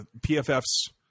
PFF's